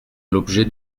l’objet